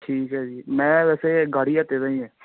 ਠੀਕ ਹੈ ਜੀ ਮੈਂ ਵੈਸੇ ਅਗਾੜੀ ਆ ਹੀ ਹੈ